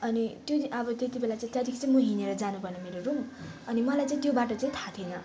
अनि त्यो दिन अब त्यति बेला चाहिँ त्यहाँदेखि चाहिँ म हिँडेर जानुपर्ने मेरो रुम अनि मलाई चाहिँ त्यो बाटो थाहा थिएन